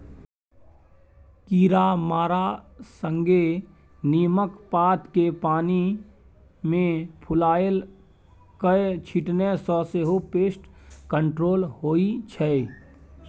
कीरामारा संगे नीमक पात केँ पानि मे फुलाए कए छीटने सँ सेहो पेस्ट कंट्रोल होइ छै